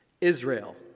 Israel